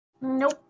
Nope